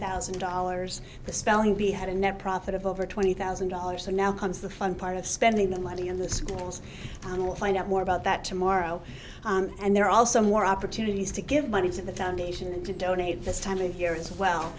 thousand dollars the spelling bee had a net profit of over twenty thousand dollars so now comes the fun part of spending the money in the schools and we'll find out more about that tomorrow and there are also more opportunities to give money to the foundation and to donate this time of year as well